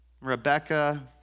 Rebecca